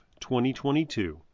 2022